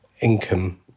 income